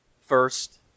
First